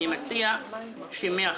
אני מציע שמעכשיו,